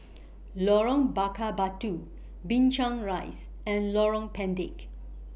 Lorong Bakar Batu Binchang Rise and Lorong Pendek